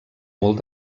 molt